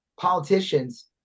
politicians